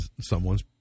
someone's